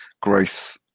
growth